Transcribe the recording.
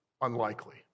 unlikely